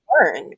learn